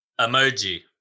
emoji